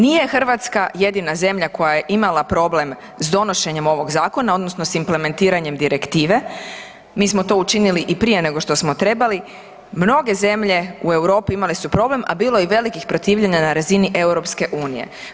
Nije Hrvatska jedina zemlja koja je imala problem s donošenjem ovog zakona, odnosno s implementiranjem direktive, mi smo to učinili i prije nego što smo trebali, mnoge zemlje u Europi imale su problem a bilo je i velikih protivljenja na razini EU-a.